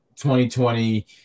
2020